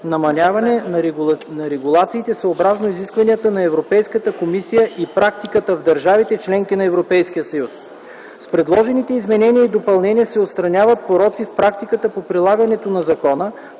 намаляване на регулациите съобразно изискванията на Европейската комисия и практиката в държавите – членки на Европейския съюз. С предложените изменения и допълнения се отстраняват пороци в практиката по прилагането на закона,